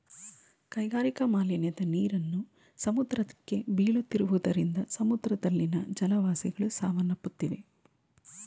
ಕೈಗಾರಿಕಾ ಮಾಲಿನ್ಯದ ನೀರನ್ನು ಸಮುದ್ರಕ್ಕೆ ಬೀಳುತ್ತಿರುವುದರಿಂದ ಸಮುದ್ರದಲ್ಲಿನ ಜಲವಾಸಿಗಳು ಸಾವನ್ನಪ್ಪುತ್ತಿವೆ